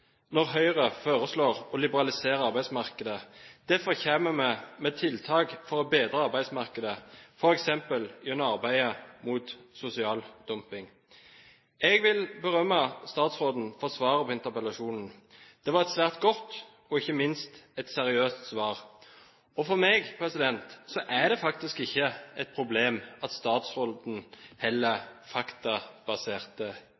når Høyre foreslår å liberalisere arbeidsmarkedet. Derfor kommer vi med tiltak for å bedre arbeidsmarkedet, f.eks. gjennom arbeidet mot sosial dumping. Jeg vil berømme statsråden for svaret på interpellasjonen. Det var et svært godt og ikke minst et seriøst svar. For meg er det faktisk ikke et problem at statsråden